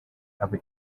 aba